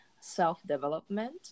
self-development